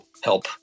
help